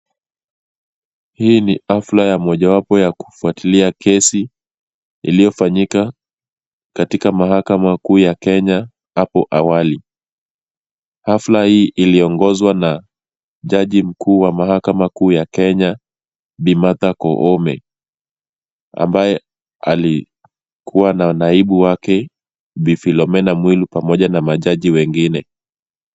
Hii ni hafla ya mojawapo ya kufutalia kesi iliyofanyika katika mahakama kuu ya Kenya hapo awali. Hafla hii iliongozwa na jaji mkuu wa mahakama kuu ya Kenya Bi Martha Koome ambaye alikuwa na naibu wake Bi Philomena Mwilu pamoja na majaji wengine.